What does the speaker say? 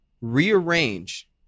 rearrange